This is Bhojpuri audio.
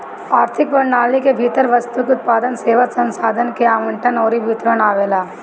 आर्थिक प्रणाली के भीतर वस्तु के उत्पादन, सेवा, संसाधन के आवंटन अउरी वितरण आवेला